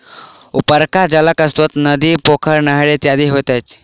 उपरका जलक स्रोत नदी, पोखरि, नहरि इत्यादि होइत अछि